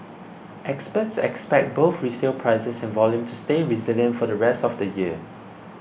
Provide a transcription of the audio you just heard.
experts expect both resale prices and volume to stay resilient for the rest of the year